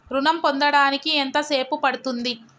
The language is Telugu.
ఋణం పొందడానికి ఎంత సేపు పడ్తుంది?